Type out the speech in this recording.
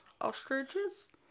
ostriches